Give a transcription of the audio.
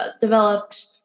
developed